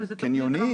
או כמו קניונים